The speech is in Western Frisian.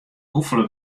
hoefolle